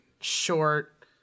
short